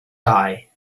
die